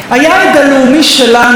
היעד הלאומי שלנו,